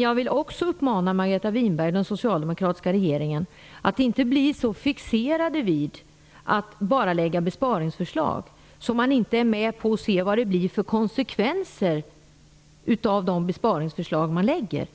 Jag vill också uppmana Margareta Winberg och den socialdemokratiska regeringen att de inte skall vara så fixerade vid att bara lägga fram besparingsförslag utan att se på vilka konsekvenserna blir.